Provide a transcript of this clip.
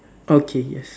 okay yes